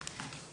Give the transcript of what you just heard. עליו.